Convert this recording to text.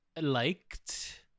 liked